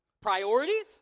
Priorities